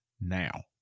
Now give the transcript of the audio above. now